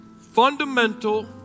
fundamental